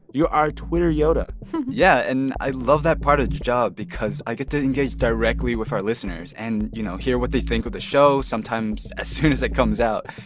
you're our twitter yoda yeah. and i love that part of the job because i get to engage directly with our listeners and, you know, hear what they think of the show, sometimes as soon as it comes out.